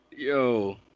Yo